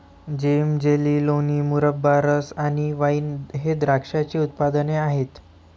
जेम, jelly, लोणी, मुरब्बा, रस आणि वाइन हे द्राक्षाचे उत्पादने आहेत